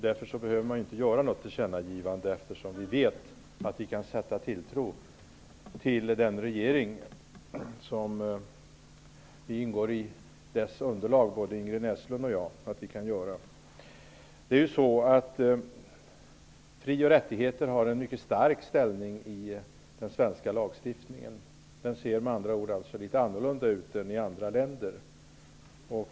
Det behöver inte göras något tillkännagivande, eftersom vi vet att vi kan sätta tilltro till den regering vars underlag både Ingrid Näslund och jag ingår i. Fri och rättigheter har en mycket stark ställning i den svenska lagstiftningen. Den ser med andra ord litet annorlunda ut än i andra länder.